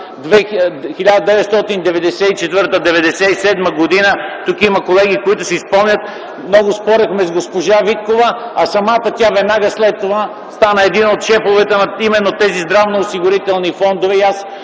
1994 – 1997 г., тук има колеги, които си спомнят, спорехме с госпожа Виткова, а самата тя веднага след това стана един от шефовете, именно на тези здравноосигурителни фондове. И